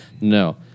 No